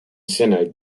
sinne